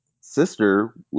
sister